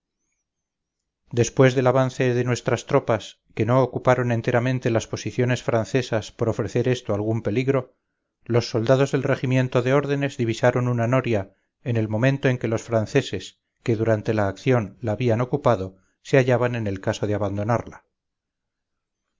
después del avance de nuestras tropas que no ocuparon enteramente las posiciones francesas por ofrecer esto algún peligro los soldados del regimiento de órdenes divisaron una noria en el momento en que los franceses que durante la acción la habían ocupado se hallaban en el caso de abandonarla